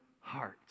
heart